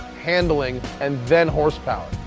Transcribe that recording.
handling, and then horsepower.